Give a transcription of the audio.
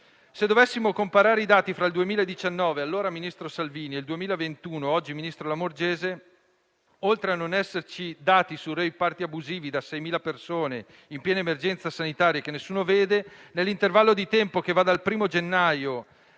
Se dovessimo comparare i dati fra il 2019 - allora era Ministro Salvini - e il 2021 - oggi è Ministro Lamorgese - oltre a non esserci dati su *rave party* abusivi da 6.000 persone in piena emergenza sanitaria che nessuno vede, nell'intervallo di tempo che va dal 1° gennaio